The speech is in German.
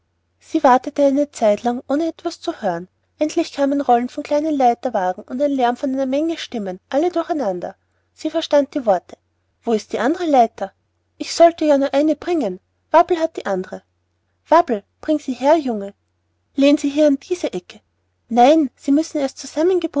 sie wartete eine zeit lang ohne etwas zu hören endlich kam ein rollen von kleinen leiterwagen und ein lärm von einer menge stimmen alle durcheinander sie verstand die worte wo ist die andere leiter ich sollte ja nur eine bringen wabbel hat die andere wabbel bringe sie her junge lehnt sie hier gegen diese ecke nein sie müssen erst